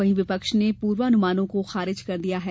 वहीं विपक्ष ने पूर्वानुमानों को खारिज किया है